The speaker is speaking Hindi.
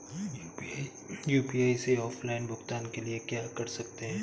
यू.पी.आई से ऑफलाइन भुगतान के लिए क्या कर सकते हैं?